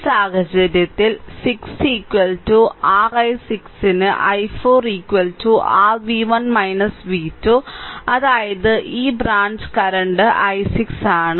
ഈ സാഹചര്യത്തിൽ 6 r i6 ന് i4 r v1 v2 അതായത് ഈ ബ്രാഞ്ച് കറന്റ് i6 ആണ്